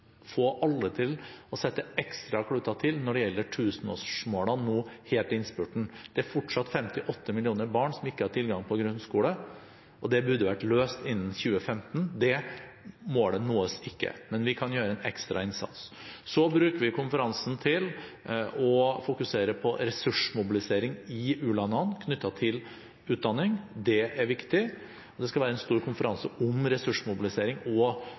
få alle til å sette alle kluter til når det gjelder, tusenårsmålene nå helt i innspurten. Det er fortsatt 58 millioner barn som ikke har tilgang på grunnskole, og det burde vært løst innen 2015. Det målet nås ikke, men vi kan gjøre en ekstra innsats. Så bruker vi konferansen til å fokusere på ressursmobilisering i u-landene knyttet til utdanning. Det er viktig. Det skal være en stor konferanse om ressursmobilisering og